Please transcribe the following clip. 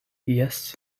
jes